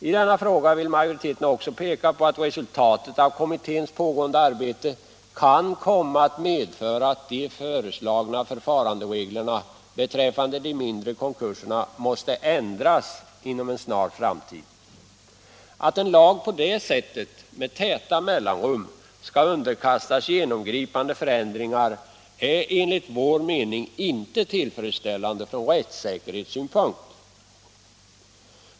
I denna fråga vill majoriteten också peka på att resultatet av kommitténs pågående arbete kan komma att medföra att de föreslagna förfarande 11 reglerna beträffande de mindre konkurserna måste ändras inom en snar framtid. Att en lag på detta sätt med täta mellanrum skall underkastas genomgripande förändringar är enligt vår mening inte tillfredsställande från rättssäkerhetssynpunkt.